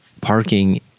parking